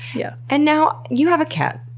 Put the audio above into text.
yeah and now, you have a cat.